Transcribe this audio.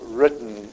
written